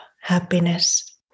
happiness